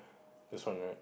this one right